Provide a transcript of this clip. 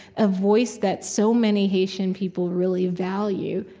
a voice that so many haitian people really value.